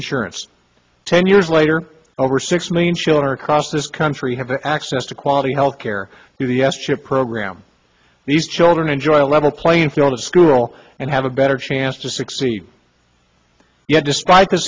insurance ten years later over six million children across this country have access to quality health care through the s chip program these children enjoy a level playing field at school and have a better chance to succeed yet despite the